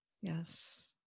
Yes